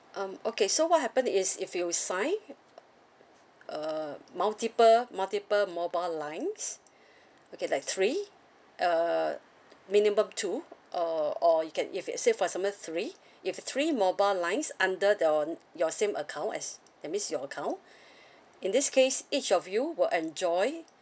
um okay so what happen is if you sign uh multiple multiple mobile lines okay like three uh minimum two or or you can if let's say for example three if three mobile lines under your your same account as that means your account in this case each of you will enjoy